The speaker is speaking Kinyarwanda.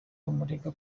bumurega